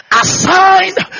assigned